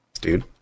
Dude